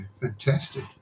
fantastic